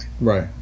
right